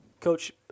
coach